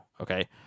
Okay